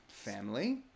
Family